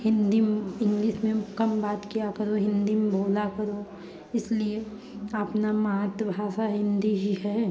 हिन्दी में इंग्लिस में कम बात किया करो हिन्दी में बोला करो इसलिए अपना मातृभाषा हिन्दी ही है